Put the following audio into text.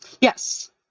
Yes